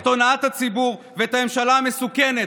את הונאת הציבור ואת הממשלה המסוכנת